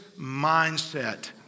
mindset